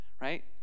right